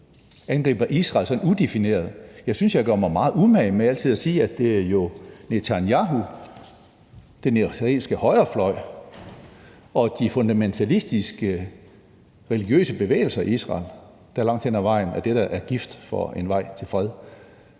angriber Israel sådan udefineret. Jeg synes, at jeg altid gør mig meget umage med at sige, at det er Netanyahu, den israelske højrefløj og de fundamentalistiske religiøse bevægelser i Israel, der langt hen ad vejen er dem, der er gift for en vej til fred.